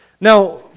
Now